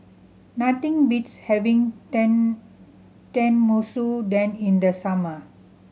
nothing beats having Ten Tenmusu Ten in the summer